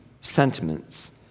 sentiments